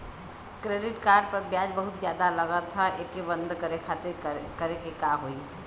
Credit card पर ब्याज बहुते ज्यादा लगत ह एके बंद करे खातिर का करे के होई?